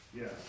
Yes